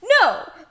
No